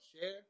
Share